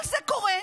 כל זה קורה,